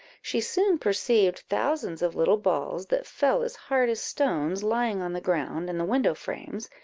she soon perceived thousands of little balls, that fell as hard as stones, lying on the ground and the window frames,